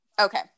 Okay